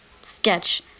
sketch